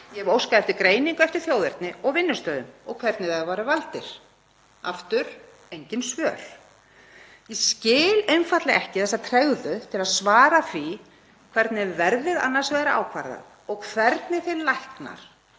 Ég hef óskað eftir greiningu eftir þjóðerni og vinnustöðum og hvernig þeir voru valdir. Aftur engin svör. Ég skil einfaldlega ekki þessa tregðu til að svara því hvernig verðið er annars vegar ákvarðað og hvernig þeir læknar